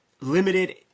limited